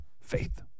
faith